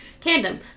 tandem